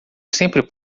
sempre